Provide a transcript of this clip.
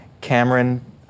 Cameron